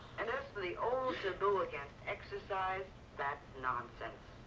and as for the old taboo against exercise, that's nonsense.